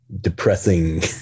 depressing